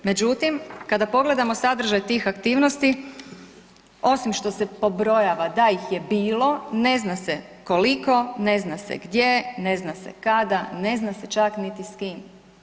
Međutim, kada pogledamo sadržaj tih aktivnosti osim što se pobrojava da ih je bilo, ne zna se koliko, ne zna se gdje, ne zna se kada, ne zna se čak niti s kim.